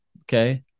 Okay